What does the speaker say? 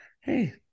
Hey